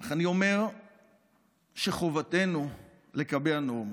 אך אני אומר שחובתנו לקבע נורמות.